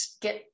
get